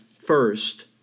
first